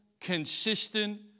consistent